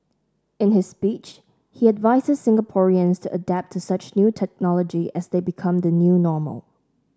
in his speech he advises Singaporeans to adapt to such new technology as they become the new normal